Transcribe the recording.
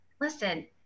listen